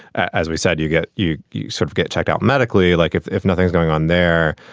as we said, you get you you sort of get checked out medically, like if if nothing is going on there,